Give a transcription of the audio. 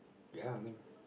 ya I mean